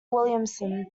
williamson